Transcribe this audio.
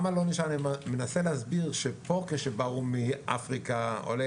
אני מנסה להסביר שכאשר באו לפה עולים